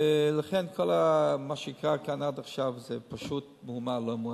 לכן כל מה שקרה עד עכשיו זה פשוט מהומה על לא מאומה.